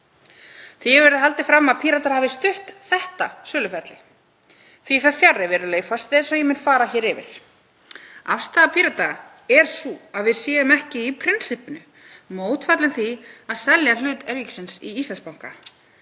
Því hefur verið haldið fram að Píratar hafi stutt þetta söluferli. Því fer fjarri, virðulegi forseti, eins og ég mun fara yfir. Afstaða Pírata er sú að við séum ekki í prinsippinu mótfallin því að selja hlut ríkisins í Íslandsbanka,